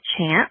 chance